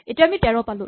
এতিয়া আমি ১৩ পালো